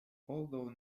although